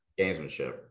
gamesmanship